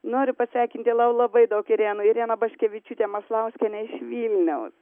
noriu pasveikinti la labai daug irenų ireną baškevičiūtę maslauskienę iš vilniaus